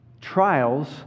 trials